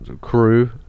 crew